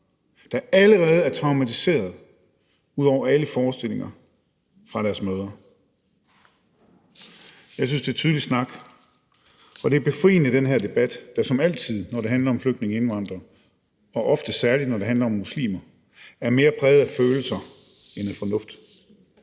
der allerede er blevet traumatiseret udover alle forestillinger, fra deres mødre.« Jeg synes, det er tydelig snak, og det er befriende i den her debat, der som altid, når det handler om flygtninge og indvandrere, og ofte særlig når det handler om muslimer, er mere præget af følelser end af fornuft.